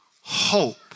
hope